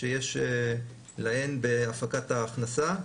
שיש להם בהפקת ההכנסה.